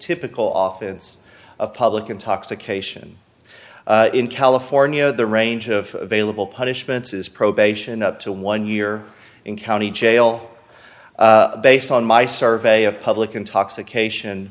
typical off since of public intoxication in california the range of vailable punishments is probation up to one year in county jail based on my survey of public intoxication